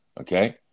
Okay